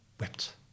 wept